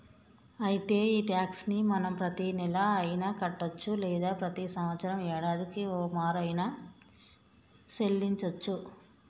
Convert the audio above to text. అయితే ఈ టాక్స్ ని మనం ప్రతీనెల అయిన కట్టొచ్చు లేదా ప్రతి సంవత్సరం యాడాదికి ఓమారు ఆయిన సెల్లించోచ్చు